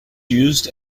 used